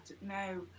no